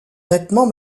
nettement